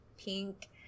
pink